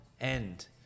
end